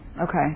Okay